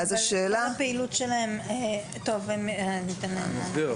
ואז השאלה -- אני אסביר,